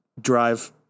drive